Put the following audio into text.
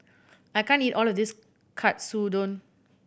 I can't eat all of this Katsudon